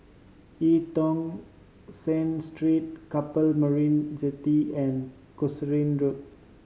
Eu Tong Sen Street Keppel Marina Jetty and Casuarina Road